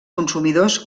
consumidors